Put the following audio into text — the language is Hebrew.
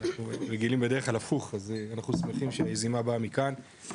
אנחנו רגילים בדרך כלל הפוך אז אנחנו שמחים שהיוזמה באה מכאן.